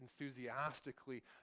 enthusiastically